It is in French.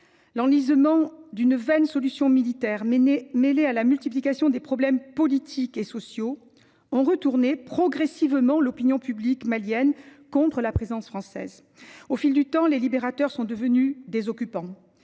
L’enlisement d’une vaine solution militaire et la multiplication des problèmes politiques et sociaux ont retourné progressivement l’opinion publique malienne contre la présence française. Au fil du temps les libérateurs sont devenus des occupants.